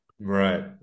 Right